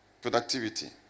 productivity